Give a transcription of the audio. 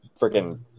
freaking